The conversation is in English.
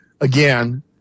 again